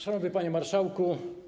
Szanowny Panie Marszałku!